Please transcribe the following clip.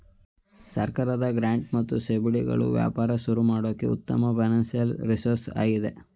ಸರ್ಕಾರದ ಗ್ರಾಂಟ್ ಮತ್ತು ಸಬ್ಸಿಡಿಗಳು ವ್ಯಾಪಾರ ಶುರು ಮಾಡೋಕೆ ಉತ್ತಮ ಫೈನಾನ್ಸಿಯಲ್ ರಿಸೋರ್ಸ್ ಆಗಿದೆ